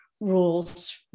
rules